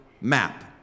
map